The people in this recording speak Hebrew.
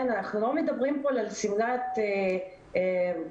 לא מדברים פה על שמלת ספגטי